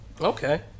okay